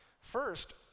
First